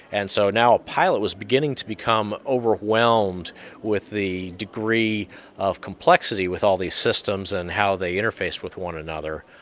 and so now a pilot was beginning to become overwhelmed with the degree of complexity with all these systems and how they interface with one another.